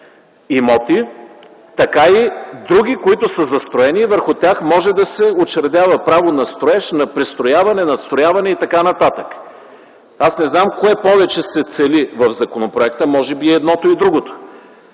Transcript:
имоти, така и други, които са застроени, и върху тях може да се учредява право на строеж, на престрояване, на надстрояване и т.н. Аз не знам кое повече се цели в законопроекта – може би и едното, и другото,